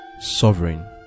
sovereign